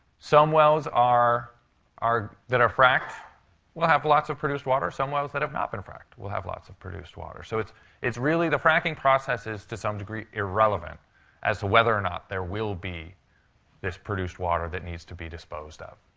some wells are are that are fracked will have lots of produced water. some wells that have not been fracked will have lots of produced water. so it's it's really the fracking process is, to some degree, irrelevant as to whether or not there will be this produced water that needs to be disposed of.